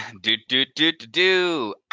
Do-do-do-do-do